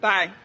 Bye